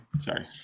Sorry